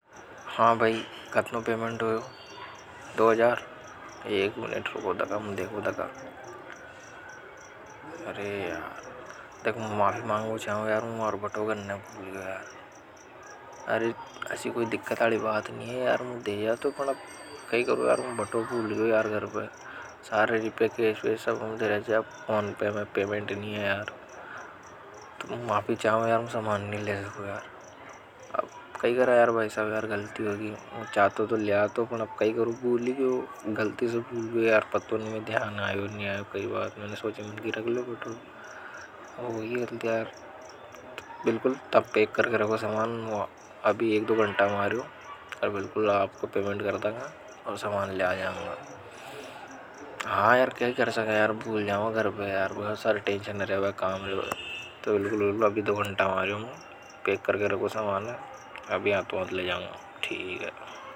हां भाई कतनों पेमेंट हो दो जार एक मिनट रुको दखा मु देखा है कि अरे यार देख माफी मांगो चाहूं यार। मु मार बटुआ घर ने भूल गयो यार अरे अच्छी कोई दिक्कताली बात नहीं है यार मुद्दी या तो पड़ा कहीं करो यार। बटो भूल यार घर पर सारे रिपे के इस पर सब हम देख जाए अब ऑन पर में पेमेंट नहीं है यार तो माफी चाहूं यार। मु समान नहीं ले सको यार अब कई करा यार भाई सा गलती होगी मैं चाहता तो ले आता हूं अब कई करूं। भाई भूली कि गलती से भूल गए यार पत्तों ने में ध्यान आए उन्हें आया कई बात मैंने सोचे मिलती रख लो बटो। यह तो यार बिल्कुल तब पेक करके रहो समान वह अभी एक दो घंटा में आरिया अब बिल्कुल आपको पेमेंट करता है और समान। रहा जाएगा हां यार कर सका यार भूल जाओ घर पर यार बहुत सारे टेंशन रहा है काम रहा है तो बिल्कुल अभी। दो घंटा मारियों में पेक करके रो समान है अब हाथों हाथ ले जाओ ठीक है।